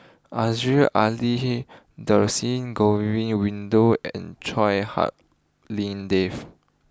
Aziza Ali Dhershini Govin Winodan and Chua Hak Lien Dave